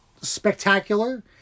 spectacular